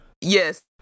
yes